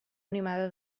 animada